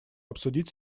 обсудить